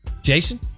Jason